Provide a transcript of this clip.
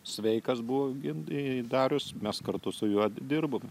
sveikas buvo gim darius mes kartu su juo dirbom